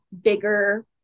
bigger